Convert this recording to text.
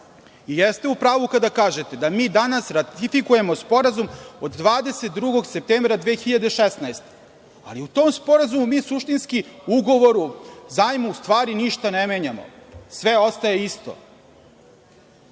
Jeste u pravu kada kažete da mi danas ratifikujemo sporazum o 22. septembra 2016. godine, ali u tom sporazumu mi suštinski, ugovoru, zajmu u stvari ništa ne menjamo. Sve ostaje